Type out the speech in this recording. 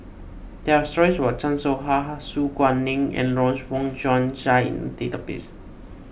there are stories about Chan Soh Ha Su Guaning and Lawrence Wong Shyun Tsai in the database